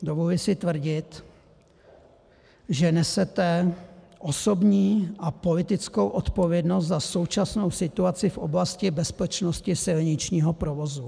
Dovoluji si tvrdit, že nesete osobní a politickou odpovědnost za současnou situaci v oblasti bezpečnosti silničního provozu.